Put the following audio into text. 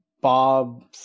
bob